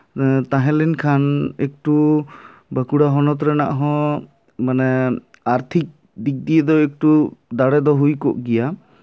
ᱛᱟᱦᱮᱸ ᱞᱮᱱᱠᱷᱟᱱ ᱮᱠᱴᱩ ᱵᱟᱹᱠᱩᱲᱟ ᱦᱚᱱᱚᱛ ᱨᱮᱱᱟᱜ ᱦᱚᱸ ᱢᱟᱱᱮ ᱟᱨᱛᱷᱤᱠ ᱫᱤᱠ ᱫᱤᱭᱮ ᱫᱚ ᱮᱠᱴᱩ ᱫᱟᱲᱮ ᱫᱚ ᱦᱩᱭ ᱠᱚᱜ ᱜᱮᱭᱟ